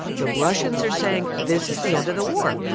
the russians are saying this is the end of the war,